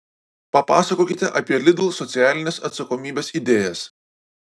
papasakokite apie lidl socialinės atsakomybės idėjas